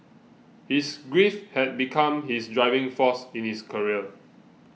his grief had become his driving force in his career